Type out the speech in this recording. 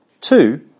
Two